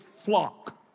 flock